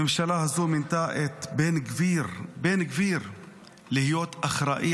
הממשלה הזאת מינתה את בן גביר להיות אחראי